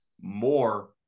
more